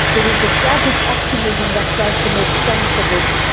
there is the tragic optimism that tries to make sense of it.